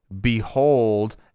behold